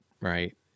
Right